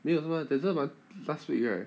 没有是吗 denzel 完 last week right